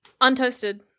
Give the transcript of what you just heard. Untoasted